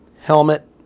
helmet